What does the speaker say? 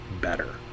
better